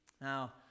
Now